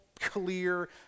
clear